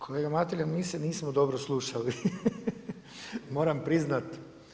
Kolega Mateljan, mi se nismo dobro slušali moram priznat.